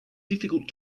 difficult